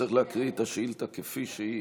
צריך להקריא את השאילתה כפי שהיא,